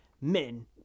men